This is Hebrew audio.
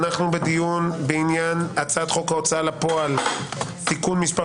אנחנו בדיון בעניין הצעת חוק הוצאה לפועל (תיקון מס'